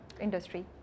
industry